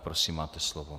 Prosím, máte slovo.